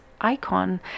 icon